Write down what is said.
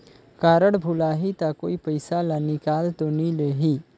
Card भुलाही ता कोई पईसा ला निकाल तो नि लेही?